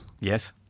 Yes